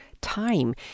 time